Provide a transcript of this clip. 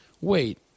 wait